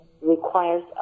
requires